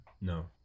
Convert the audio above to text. No